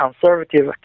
conservative